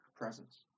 presence